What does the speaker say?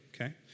okay